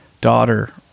daughter